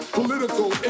political